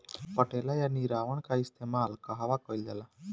पटेला या निरावन का इस्तेमाल कहवा कइल जाला?